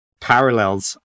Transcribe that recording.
parallels